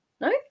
No